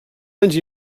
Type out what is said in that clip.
anys